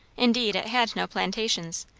indeed it had no plantations,